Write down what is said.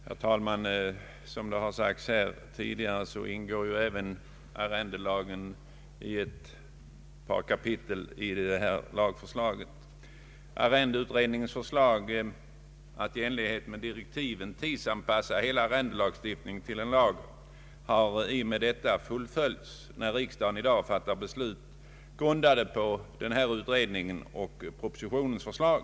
Herr talman! Som det framhållits här tidigare ingår även arrendelagen i ett par kapitel i detta lagförslag. Arrendelagsutredningens förslag att i enlighet med direktiven tidsanpassa hela arrendelagstiftningen till en lag har fullföljts, när riksdagen i dag fattar beslut, grundade på denna utredning och propositionens förslag.